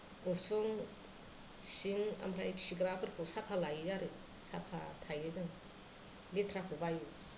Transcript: उसुं सिं ओमफ्राय खिग्राफोरखौ साफा लायो आरो साफा थायो जों लेथ्राखौ बायो